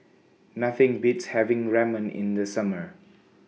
Nothing Beats having Ramen in The Summer